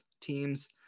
teams